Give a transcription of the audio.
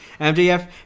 mjf